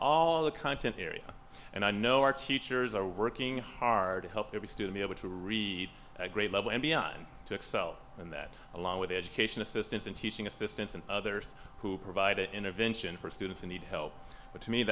all the content area and i know our teachers are working hard to help every student able to read at grade level and beyond to excel and that along with education assistance and teaching assistants and others who provide an intervention for students in need help but to me